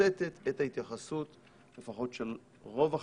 מתמצתת את ההתייחסות לפחות של רוב החברים.